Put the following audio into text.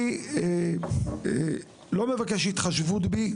אני לא מבקש התחשבות בי,